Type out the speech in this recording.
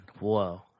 Whoa